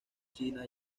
china